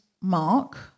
Mark